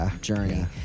journey